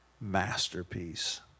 masterpiece